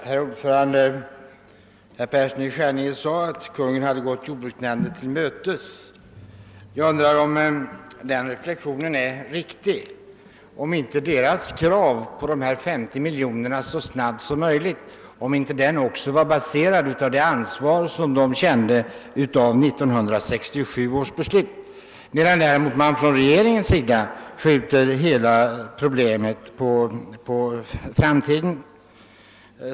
Herr talman! Herr Persson i Skänninge sade att Kungl. Maj:t hade gått jordbruksnämnden till mötes. Jag undrar emellertid, om den reflexionen är riktig och om inte ledamöternas i jordbruksnämnden krav på att erhålla dessa 50 miljoner så snabbt som möjligt också var baserat på det ansvar de kände till följd av 1967 års beslut, medan man däremot inom regeringen vill skjuta hela problemet på framtiden.